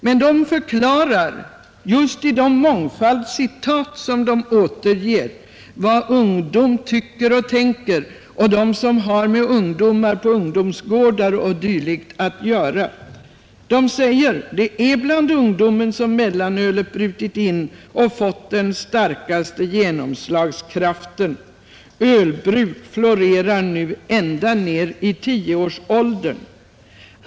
Men författarna förklarar just genom den mångfald citat som de återger hurudan uppfattningen är bland ungdomarna och bland dem som har med ungdomsgårdar o. d. att göra. De säger: Det är bland ungdomen som mellanölet brutit in och fått den starkaste genomslagskraften. Ölbruk florerar nu ända ner i 10-årsåldern.